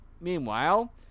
Meanwhile